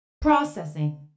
Processing